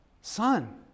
Son